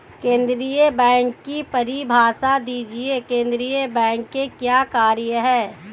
केंद्रीय बैंक की परिभाषा दीजिए केंद्रीय बैंक के क्या कार्य हैं?